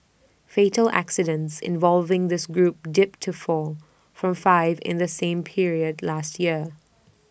fatal accidents involving this group dipped to four from five in the same period last year